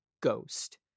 ghost